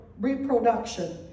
reproduction